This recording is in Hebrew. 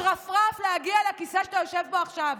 שרפרף להגיע לכיסא שאתה יושב בו עכשיו.